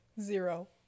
Zero